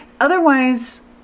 Otherwise